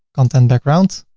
content background.